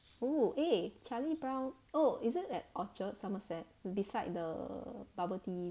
!woo! eh charlie brown oh isn't at orchard somerset beside the bubble tea